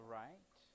right